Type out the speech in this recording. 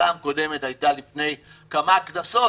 הפעם הקודמת הייתה לפני כמה כנסות,